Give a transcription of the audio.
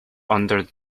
under